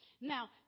Now